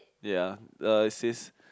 ya uh it says